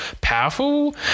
powerful